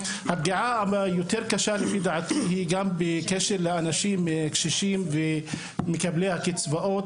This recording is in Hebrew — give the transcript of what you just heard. הפגיעה היותר קשה לפי דעתי היא גם בקשר לאנשים קשישים ומקבלי הקצבאות,